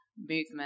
movement